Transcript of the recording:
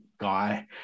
guy